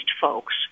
folks